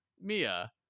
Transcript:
Mia